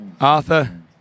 Arthur